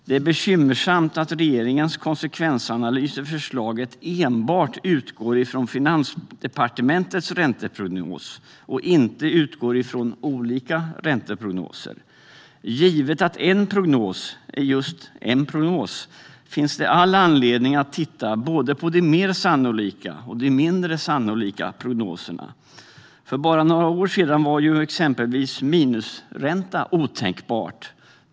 Det är bekymmersamt att regeringens konsekvensanalys i förslaget enbart utgår från Finansdepartementets ränteprognos och inte från olika ränteprognoser. Givet att en prognos är just en prognos finns det all anledning att titta på både de mer sannolika och de mindre sannolika prognoserna. För bara några år sedan var ju exempelvis minusränta otänkbart.